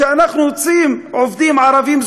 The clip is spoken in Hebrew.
אנחנו רוצים עובדים ערבים,